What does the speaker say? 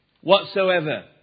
whatsoever